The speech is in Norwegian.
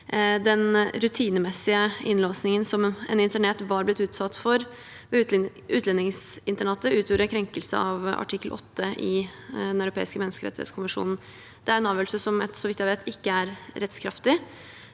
den rutinemessige innlåsingen som en internert var blitt utsatt for ved utlendingsinternatet, utgjorde en krenkelse av artikkel 8 i Den europeiske menneskerettskonvensjon. Det er en avgjørelse som, så vidt jeg